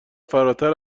فراتر